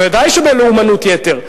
בוודאי שבלאומנות יתר,